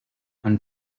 and